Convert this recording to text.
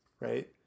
right